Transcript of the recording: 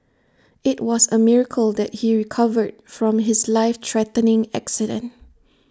IT was A miracle that he recovered from his life threatening accident